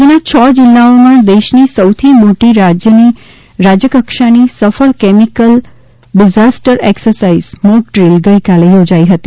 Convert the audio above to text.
રાજ્યના છ જિલ્લાઓમાં દેશની સૌથી મોટી રાજ્ય કક્ષાની સફળ કેમિકલ ડિઝાસ્ટર એકસરસાઇઝ મોકડ્રિલ ગઇકાલે યોજાઈ હતી